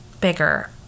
bigger